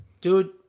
dude